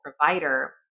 provider